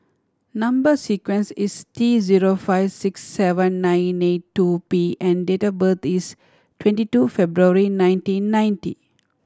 number sequence is T zero five six seven nine eight two P and date of birth is twenty two February nineteen ninety